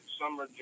summer